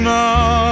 now